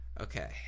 okay